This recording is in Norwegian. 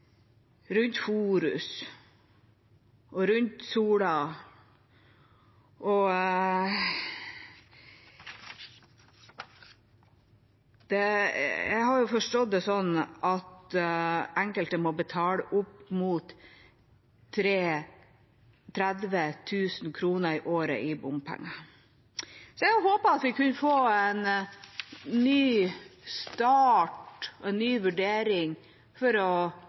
rundt Forus og rundt Sola. Jeg har forstått det sånn at enkelte må betale opp mot 30 000 kr i året i bompenger. Jeg hadde håpet at vi kunne få en ny start og en ny vurdering for å